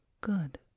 Good